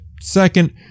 second